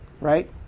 Right